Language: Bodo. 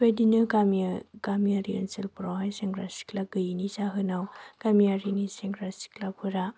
बेबायदिनो गामियारि ओनसोलफोरावहाय सेंग्रा सिख्ला गैयिनि जाहोनाव गामियारिनि सेंग्रा सिख्लाफोरा